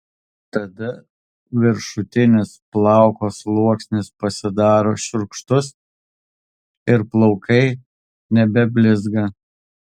tada viršutinis plauko sluoksnis pasidaro šiurkštus ir plaukai nebeblizga